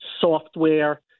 software